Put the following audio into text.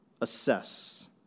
assess